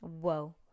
Whoa